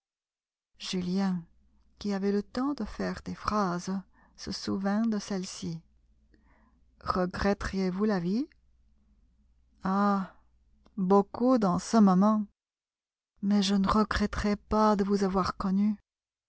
julien qui avait le temps de faire des phrases se souvint de celle-ci regretteriez vous la vie ah beaucoup dans ce moment mais je ne regretterais pas de vous avoir connu